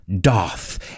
Doth